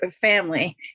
family